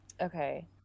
Okay